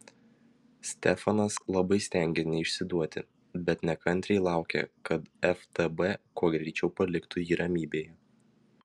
stefanas labai stengėsi neišsiduoti bet nekantriai laukė kad ftb kuo greičiau paliktų jį ramybėje